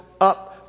up